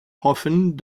hoffen